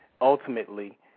ultimately